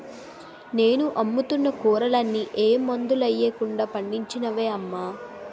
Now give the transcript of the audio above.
నేను అమ్ముతున్న కూరలన్నీ ఏ మందులెయ్యకుండా పండించినవే అమ్మా